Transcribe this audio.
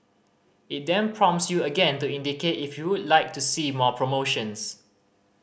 it then prompts you again to indicate if you would like to see more promotions